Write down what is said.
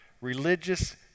religious